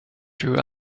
true